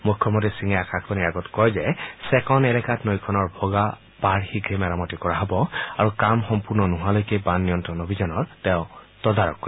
মুখ্যমন্ত্ৰী সিঙে আকাশবাণীৰ আগত কয় যে চেকন এলেকাত নৈখনৰ ভগা পাৰ শীঘে মেৰামতি কৰা হ'ব আৰু কাম সম্পূৰ্ণ নোহোৱালৈকে বান নিয়ন্ত্ৰণ অভিযানৰ তেওঁ তদাৰক কৰিব